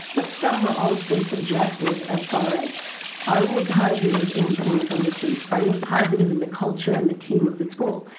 but some were also subjective as far as are you a positive influence on the students? are you positive in the culture and the team of the school?